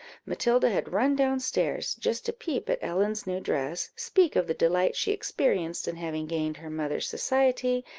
matilda had run down stairs, just to peep at ellen's new dress, speak of the delight she experienced in having gained her mother's society,